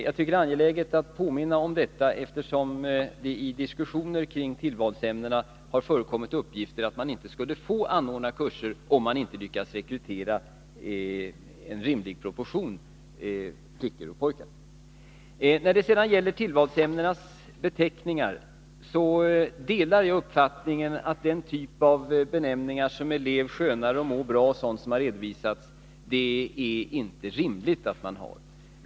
Jag tycker att det är angeläget att påminna om detta, eftersom det i diskussioner kring tillvalsämnena förekommit uppgifter om att man inte skulle få anordna kurser, om man inte lyckas få en rimlig proportion mellan flickor och pojkar. När det sedan gäller tillvalsämnenas beteckningar delar jag uppfattningen att det inte är rimligt att ha benämningar av typen ”Lev skönare” och ”Må bra”.